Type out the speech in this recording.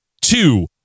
two